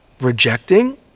rejecting